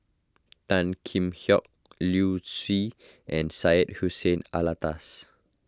Tan Kheam Hock Liu Si and Syed Hussein Alatas